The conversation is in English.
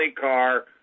car